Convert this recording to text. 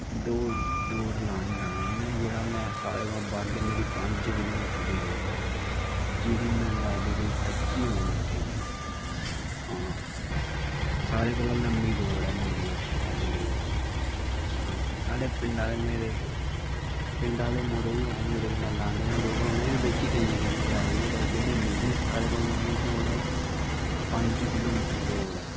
दौड़ लानी गै लानी इयां सारें कोला दा जादा मेरी पंज किसो मीटर दी दौड़ ऐ जेह्ड़ी में लादी कोई पच्ची मिंन्ट च हां सारें कोला दा लम्मी दौड़ मेगी ओह् जिन्दगी दी हां साढ़े पिंडा दे मेरे पिंडा दे मुड़े नै ओह् बी लांदे नै दौड़ बिच्च केईंये ला दी ऐ पर जेह्ड़ी मेरी सारें कोला दा लम्मी दौड़ ऐ ओह् पंज किलो मीटर दौड़ ऐ